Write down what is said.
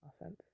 offense